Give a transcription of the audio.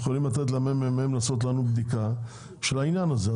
אנחנו יכולים לתת למרכז המחקר והמידע לעשות לנו בדיקה של הנושא הזה.